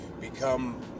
become